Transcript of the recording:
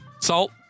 salt